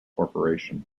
corporation